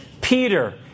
Peter